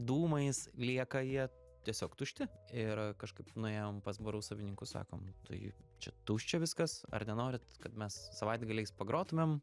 dūmais lieka jie tiesiog tušti ir kažkaip nuėjome pas barų savininkus sakom tai čia tuščia viskas ar nenorit kad mes savaitgaliais pagrotumėm